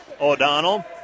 O'Donnell